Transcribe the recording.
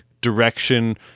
direction